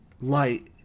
light